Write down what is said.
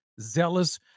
zealous